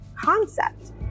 concept